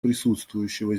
присутствующего